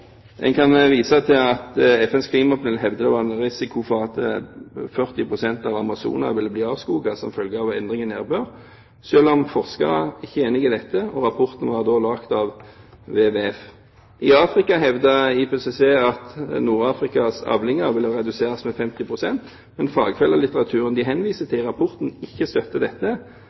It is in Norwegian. En kan vise til at FNs klimapanel hevdet at det var en risiko for at Amazonas ville bli avskoget med 40 pst., som følge av endring av nedbør, selv om forskere ikke var enig i dette. Rapporten var laget av WWF. I Afrika hevdet IPCC at Nord-Afrikas avlinger ville reduseres med 50 pst., mens fagfellelitteraturen de henviser til i rapporten, ikke støtter dette.